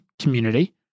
community